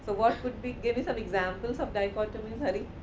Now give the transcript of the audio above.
but what could be? give me some examples of dichotomous, hari.